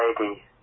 lady